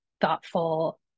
thoughtful